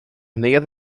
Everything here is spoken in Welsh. neuadd